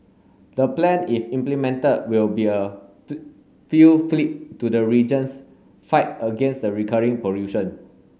the plan if implemented will be a fillip to the region's fight against the recurring pollution